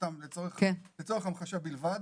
לצורך המחשה בלבד,